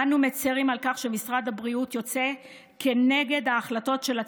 אנו מצירים על כך שמשרד הבריאות יוצא כנגד ההחלטות שלו